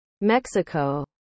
Mexico